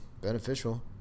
beneficial